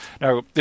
Now